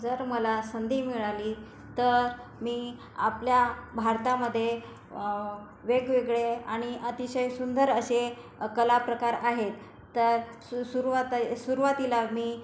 जर मला संधी मिळाली तर मी आपल्या भारतामध्ये वेगवेगळे आणि अतिशय सुंदर असे कलाप्रकार आहेत तर सू सुरवात सुरुवातीला मी